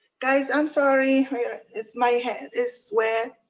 guys, i'm sorry if my head is wet.